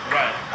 right